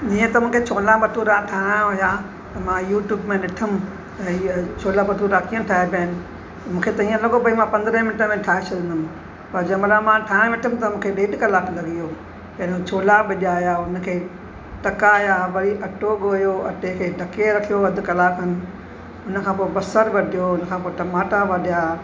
जीअं त मूंखे छोला भटूरा ठाहिणा हुआ त मां यूटूब में ॾिठमि इहे छोला भठूरा कीअं ठाइबा हन मूंखे त हीअं लगो भई मां पंद्रहं मिंट में ठाहे छॾंदमि पर जंहिं महिल मां ठाहिणु वेठमि त मूंखे डेढ कलाकु लॻी वियो पहिरियों छोला भिॼाया हुन खे टहिकाया वरी अटो ॻोहियो अटे खे ढके रखो अधु कलाकु उन खा पोइ बसरि कटियो उन खां पोइ टमाटा वडिया